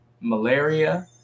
Malaria